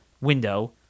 window